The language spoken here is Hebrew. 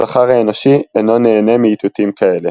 הזכר האנושי אינו נהנה מאיתותים כאלה.